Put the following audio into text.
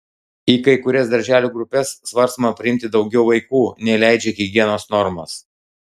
į kai kurias darželių grupes svarstoma priimti daugiau vaikų nei leidžia higienos normos